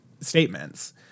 statements